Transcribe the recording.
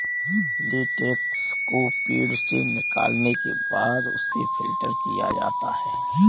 latex को पेड़ से निकालने के बाद उसे फ़िल्टर किया जाता है